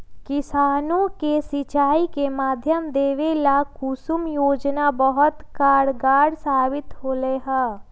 किसानों के सिंचाई के माध्यम देवे ला कुसुम योजना बहुत कारगार साबित होले है